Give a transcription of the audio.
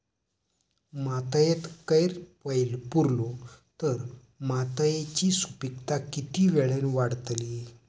मातयेत कैर पुरलो तर मातयेची सुपीकता की वेळेन वाडतली?